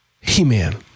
He-Man